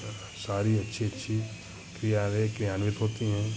हं सारी अच्छी अच्छी क्रियाएँ क्रियान्वित होती हैं